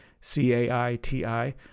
C-A-I-T-I